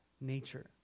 nature